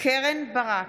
קרן ברק,